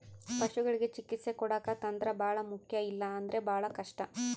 ಪಶುಗಳಿಗೆ ಚಿಕಿತ್ಸೆ ಕೊಡಾಕ ತಂತ್ರ ಬಹಳ ಮುಖ್ಯ ಇಲ್ಲ ಅಂದ್ರೆ ಬಹಳ ಕಷ್ಟ